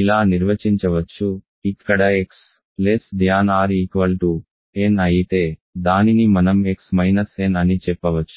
ఇలా నిర్వచించవచ్చుఇక్కడ x n అయితే దానిని మనం x మైనస్ n అని చెప్పవచ్చు